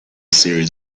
series